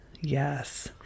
Yes